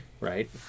right